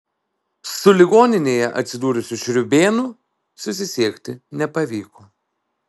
su ligoninėje atsidūrusiu šriūbėnu susisiekti nepavyko